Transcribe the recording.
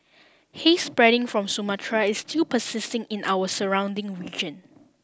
haze spreading from Sumatra is still persisting in our surrounding region